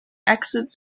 exits